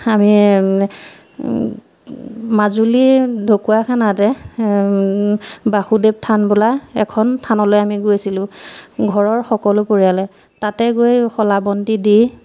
আমি মাজুলী ঢকুৱাখানাতে বাসুদেৱ থান বোলা এখন থানলৈ আমি গৈছিলোঁ ঘৰৰ সকলো পৰিয়ালে তাতে গৈ শলাবন্তি দি